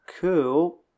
cool